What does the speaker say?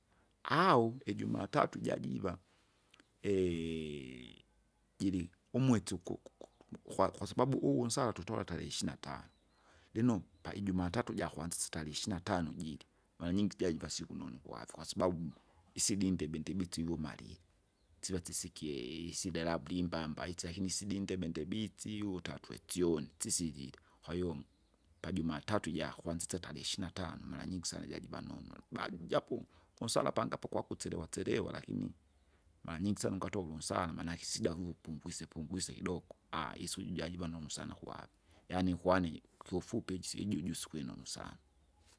Au ijumatatu jajiva, jiri umwesi ukukutu kwa- kwasababu uvunsara tutole tarehe ishina tano, lino paijumatatu ijakwanzisisa tarehe ishina tano jiri, maranyingi jajiva siku nonu kwave, kwasababu isidindebe ndibitse ivumalile, siva sisikie isida labda labda imbamba isi lakini sidindebe ndebitsi utatwetsoni sisilile. Kwahiyo pajumatatu ijakwanzisa tarehe ishina tano maranyingi sana jajiva nonwe, bali jabo unsara pangapo kwatselewa tselewa lakini, maranyingi sana ungatova unsara manake sida upungwisepungwise kidoko, isiku iji jajiva nunu kwave. Yaani kwani, kiufupi ijisi ijuju sikwinunu sana.